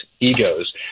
egos